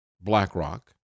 BlackRock